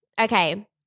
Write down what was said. Okay